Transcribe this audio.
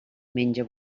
menja